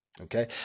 Okay